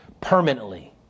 permanently